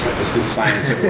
this is science